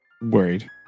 worried